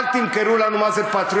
אל תמכרו לנו מה זה פטריוטיות,